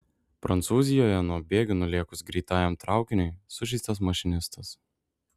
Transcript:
prancūzijoje nuo bėgių nulėkus greitajam traukiniui sužeistas mašinistas